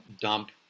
dump